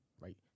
right